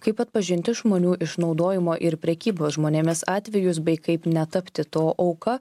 kaip atpažinti žmonių išnaudojimo ir prekybos žmonėmis atvejus bei kaip netapti to auka